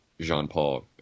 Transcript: Jean-Paul